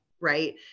right